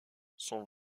son